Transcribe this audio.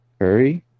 Hurry